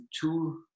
two